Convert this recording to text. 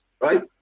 right